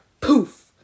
poof